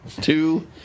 Two